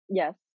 yes